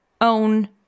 own